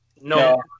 No